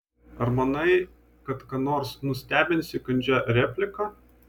ar manai kad ką nors nustebinsi kandžia replika